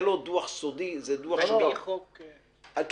זה לא דוח סודי --- על פי חוק --- כן,